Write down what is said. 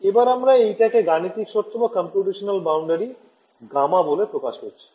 এবার আমরা এইটাকে গাণিতিক শর্ত Γ বলে প্রকাশ করছি